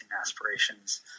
aspirations